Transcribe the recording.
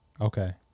Okay